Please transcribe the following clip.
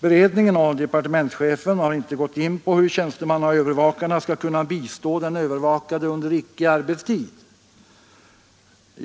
Beredningen och departementschefen har inte gått in på hur tjänstemannaövervakarna skall kunna bistå den övervakade under icke arbetstid.